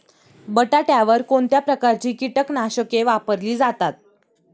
बटाट्यावर कोणत्या प्रकारची कीटकनाशके वापरली जातात?